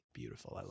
beautiful